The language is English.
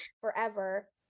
forever